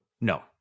No